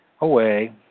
away